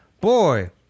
Boy